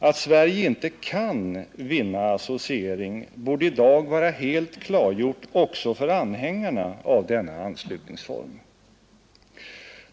Att Sverige icke kan vinna associering borde i dag vara helt klargjort också för anhängarna av denna anslutningsform.